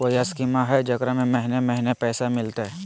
कोइ स्कीमा हय, जेकरा में महीने महीने पैसा मिलते?